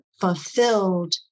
fulfilled